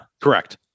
Correct